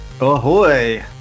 Ahoy